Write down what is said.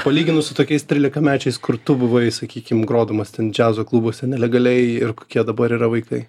palyginus su tokiais trylikamečiais kur tu buvai sakykim grodamas ten džiazo klubuose nelegaliai ir kokie dabar yra vaikai